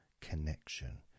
connection